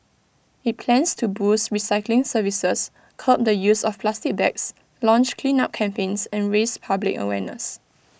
IT plans to boost recycling services curb the use of plastic bags launch cleanup campaigns and raise public awareness